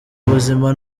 ubuzima